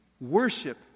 worship